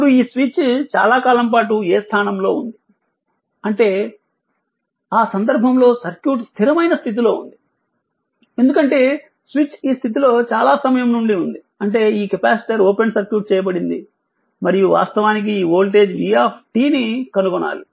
ఇప్పుడు ఈ స్విచ్ చాలా కాలం పాటు A స్థానంలో ఉంది అంటే ఆ సందర్భంలో సర్క్యూట్ స్థిరమైన స్థితిలో ఉంది ఎందుకంటే స్విచ్ ఈ స్థితిలో చాలా సమయం నుండి ఉంది అంటే ఈ కెపాసిటర్ ఓపెన్ సర్క్యూట్ చేయబడింది మరియు వాస్తవానికి ఈ వోల్టేజ్ v ని కనుగొనాలి